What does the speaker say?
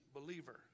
believer